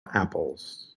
apples